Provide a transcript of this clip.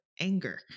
anger